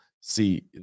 see